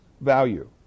value